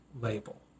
label